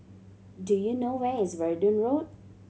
do you know where is Verdun Road